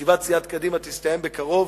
ישיבת סיעת קדימה תסתיים בקרוב